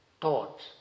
thoughts